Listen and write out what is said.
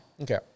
Okay